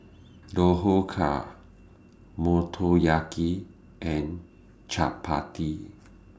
Dhokla Motoyaki and Chapati